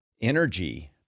Energy